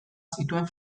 zituen